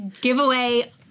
giveaway